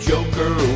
Joker